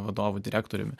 vadovu direktoriumi